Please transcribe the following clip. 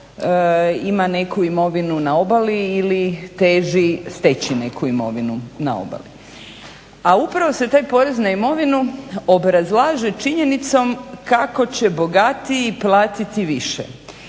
ima neku imovinu na obali ili teži steći neku imovinu na obali. A upravo se taj porez na imovinu obrazlaže činjenicom kako će bogatiji platiti više,